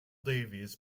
davies